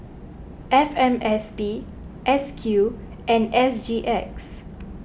F M S P S Q and S G X